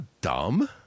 dumb